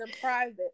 private